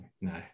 no